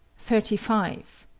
thirty five.